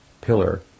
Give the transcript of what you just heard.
pillar